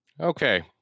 Okay